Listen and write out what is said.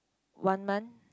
one month